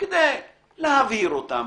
כדי להבהיר אותן,